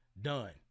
done